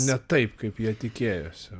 ne taip kaip jie tikėjosi